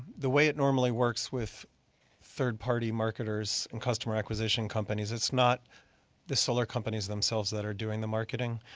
the way it normally works with third party marketers and customer acquisition companies, it's not the solar companies themselves that are doing the marketing,